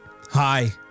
Hi